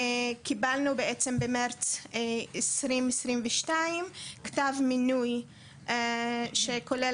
קיבלנו בעצם במרץ 2022 כתב מינוי שכולל